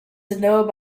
denoted